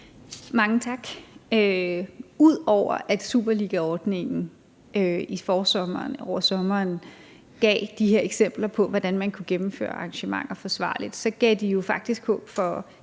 Mange tak. Ud over at superligaordningen i forsommeren og over sommeren gav de her eksempler på, hvordan man kunne gennemføre arrangementer forsvarligt, så gav de jo håb for